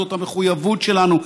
זאת המחויבות שלנו,